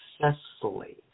successfully